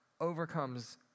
overcomes